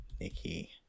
Nikki